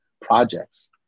projects